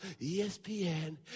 ESPN